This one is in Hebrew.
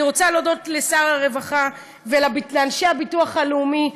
אני רוצה להודות לשר הרווחה ולאנשי הביטוח הלאומי,